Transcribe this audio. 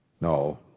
No